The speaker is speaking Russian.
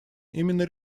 именно